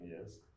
Yes